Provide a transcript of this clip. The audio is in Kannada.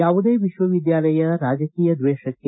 ಯಾವುದೇ ವಿಶ್ವವಿದ್ಯಾಲಯ ರಾಜಕೀಯ ದ್ವೇಷಕ್ಕೆ